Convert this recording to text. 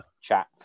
chat